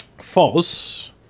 false